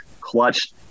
clutch